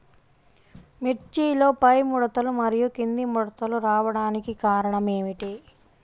మిర్చిలో పైముడతలు మరియు క్రింది ముడతలు రావడానికి కారణం ఏమిటి?